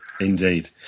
Indeed